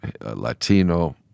Latino